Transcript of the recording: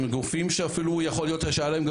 הם גופים שאפילו יכול להיות שהיה להם גם